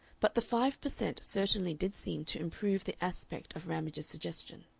but the five per cent. certainly did seem to improve the aspect of ramage's suggestion.